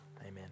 Amen